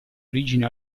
origine